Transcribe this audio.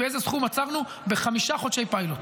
באיזה סכום עצרנו בחמישה חודשי פיילוט?